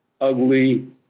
ugly